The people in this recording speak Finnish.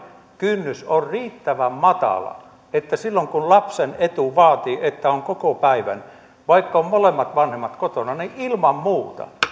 kynnys on riittävän matala että silloin kun lapsen etu vaatii että on koko päivän vaikka molemmat vanhemmat ovat kotona niin ilman muuta